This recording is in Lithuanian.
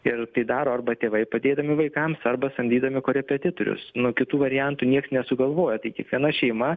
ir tai daro arba tėvai padėdami vaikams arba samdydami korepetitorius nu kitų variantų nieks nesugalvoja tai kiekviena šeima